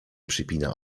przypina